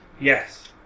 Yes